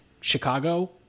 Chicago